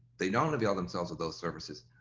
they don't avail themselves of those services.